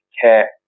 care